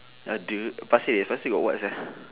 ya !duh! pasir ris pasir ris got what sia